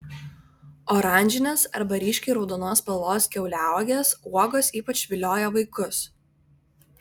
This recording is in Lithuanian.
oranžinės arba ryškiai raudonos spalvos kiauliauogės uogos ypač vilioja vaikus